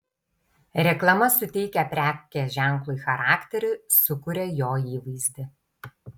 reklama suteikia prekės ženklui charakterį sukuria jo įvaizdį